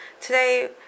Today